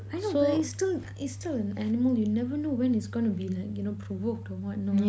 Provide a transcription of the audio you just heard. I know but it's still it's still an animal you never know when is gonna be like you know provoked or what not